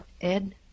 Ed